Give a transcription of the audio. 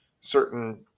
certain